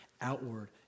outward